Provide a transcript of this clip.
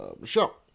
Michelle